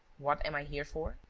what am i here for?